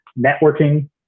networking